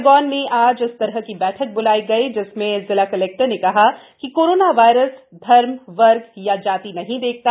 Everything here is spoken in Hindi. खरगौन में आज इस तरह की बैठक बुलाई गई जिसमें जिला कलेक्टर ने कहा कि कोरोना वायरस धर्म वर्ग या जाति नहीं देखता